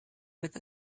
with